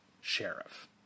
sheriff